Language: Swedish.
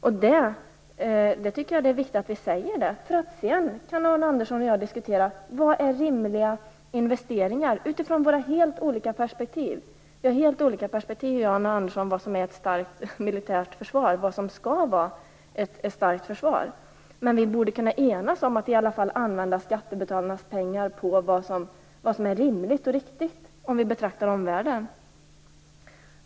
Jag tycker att det är viktigt att vi säger det. Sedan kan Arne Andersson och jag diskutera: Vad är rimliga investeringar, utifrån våra helt olika perspektiv? Jag och Arne Andersson har helt olika perspektiv när det gäller vad som är ett starkt militärt försvar och vad som skall vara ett starkt försvar. Men vi borde kunna enas om att i varje fall använda skattebetalarnas pengar på vad som är rimligt och viktigt, om vi betraktar omvärlden.